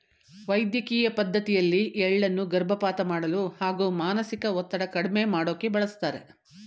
ವೈದ್ಯಕಿಯ ಪದ್ಡತಿಯಲ್ಲಿ ಎಳ್ಳನ್ನು ಗರ್ಭಪಾತ ಮಾಡಲು ಹಾಗೂ ಮಾನಸಿಕ ಒತ್ತಡ ಕಡ್ಮೆ ಮಾಡೋಕೆ ಬಳಸ್ತಾರೆ